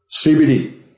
CBD